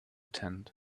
tent